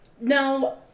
no